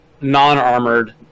non-armored